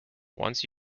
once